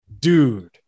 Dude